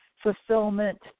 fulfillment